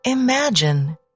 Imagine